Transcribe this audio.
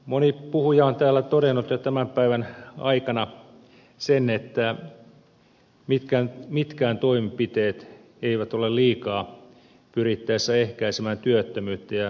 moni puhuja on täällä todennut jo tämän päivän aikana sen että mitkään toimenpiteet eivät ole liikaa pyrittäessä ehkäisemään työttömyyttä ja erityisesti nuorisotyöttömyyttä